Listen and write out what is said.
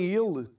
ele